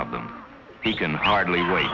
of them he can hardly wait